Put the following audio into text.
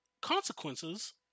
consequences